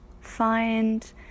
find